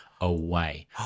away